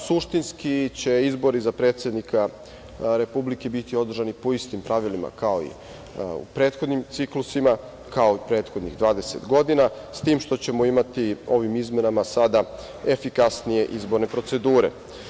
Suštinski će izbori za predsednika Republike biti održani po istim pravilima kao i u prethodnim ciklusima, kao i prethodnih 20 godina, s tim što ćemo imati ovim izmenama sada efikasnije izborne procedure.